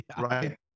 Right